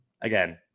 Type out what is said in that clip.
Again